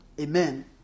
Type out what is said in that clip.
Amen